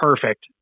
perfect